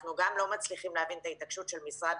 גם אנחנו לא מצליחים להבין את ההתעקשות של משרד